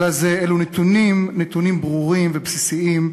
אלא אלו נתונים ברורים ובסיסיים,